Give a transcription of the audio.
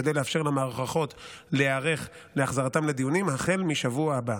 כדי לאפשר למערכות להיערך להחזרתם לדיונים החל מהשבוע הבא.